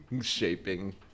shaping